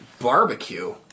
barbecue